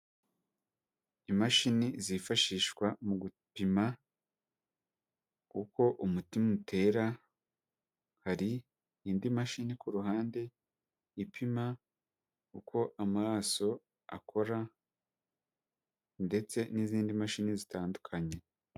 Imashini zifashishwa mu gupima uko umutima utera, hari indi mashini ku ruhande ipima uko amaraso akora ndetse n'izindi mashini zitandukanye.